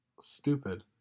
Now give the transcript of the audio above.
stupid